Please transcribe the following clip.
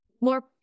more